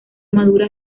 madura